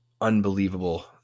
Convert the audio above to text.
unbelievable